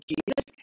Jesus